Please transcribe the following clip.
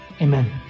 Amen